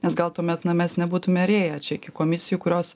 nes gal tuomet na mes nebūtume ir ėję čia iki komisijų kurios